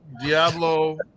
Diablo